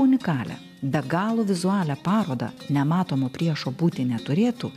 unikalią be galo vizualią parodą nematomo priešo būti neturėtų